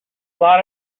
lot